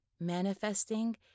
Manifesting